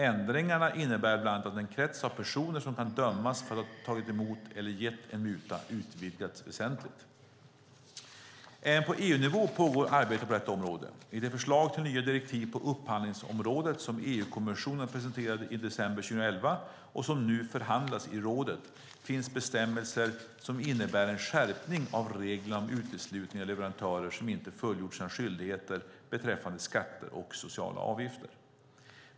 Ändringarna innebär bland annat att den krets av personer som kan dömas för att ha tagit emot eller gett en muta utvidgas väsentligt. Även på EU-nivå pågår arbete på detta område. I de förslag till nya direktiv på upphandlingsområdet som EU-kommissionen presenterade i december 2011 och som nu förhandlas i rådet finns bestämmelser som innebär en skärpning av reglerna om uteslutning av leverantörer som inte fullgjort sina skyldigheter beträffande skatter och sociala avgifter.